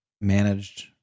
managed